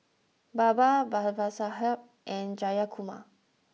Baba Babasaheb and Jayakumar